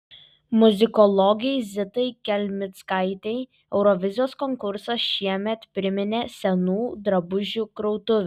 muzikologei zitai kelmickaitei eurovizijos konkursas šiemet priminė senų drabužių krautuvę